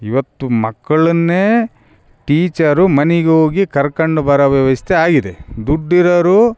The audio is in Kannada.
ಇವತ್ತು ಮಕ್ಕಳನ್ನೇ ಟೀಚರು ಮನೆಗೋಗಿ ಕರ್ಕಂಡು ಬರೊ ವ್ಯವಸ್ಥೆ ಆಗಿದೆ ದುಡ್ಡು ಇರೋರು